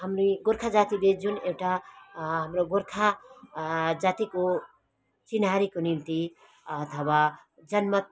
हामी गोर्खा जातिले जुन एउटा हाम्रो गोर्खा जातिको चिन्हारीको निम्ति अथवा जन्म